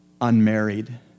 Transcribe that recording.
unmarried